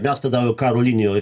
mes tada karo linijoj